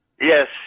Yes